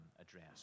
address